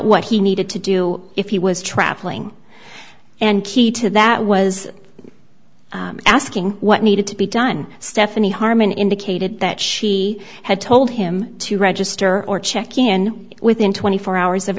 what he needed to do if he was traveling and key to that was asking what needed to be done stephanie harman indicated that she had told him to register or check in within twenty four hours of